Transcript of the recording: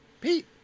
Pete